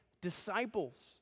disciples